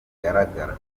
bigaragara